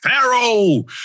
Pharaoh